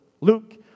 Luke